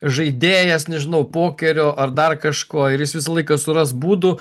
žaidėjas nežinau pokerio ar dar kažko ir jis visą laiką suras būdų